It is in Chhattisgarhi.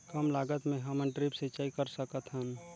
कम लागत मे हमन ड्रिप सिंचाई कर सकत हन?